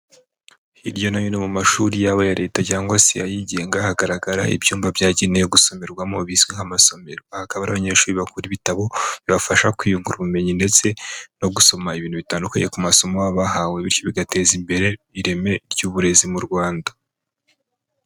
Hirya no hino mu mashuri yaba aya leta cyangwa se ayigenga, hagaragara ibyumba byagenewe gusomerwamo, bizwi nk'amasomero, aha akaba ariho abanyeshuri bakura ibitabo bibafasha kwiyungura ubumenyi, ndetse no gusoma ibintu bitandukanye ku masomo bahawe, bityo bigateza imbere ireme ry'uburezi mu Rwanda.